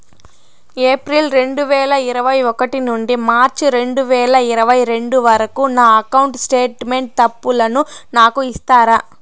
April రెండు వేల ఇరవై ఒకటి నుండి మార్చ్ రెండు వేల ఇరవై రెండు వరకు నా అకౌంట్ స్టేట్మెంట్ తప్పులను నాకు ఇస్తారా?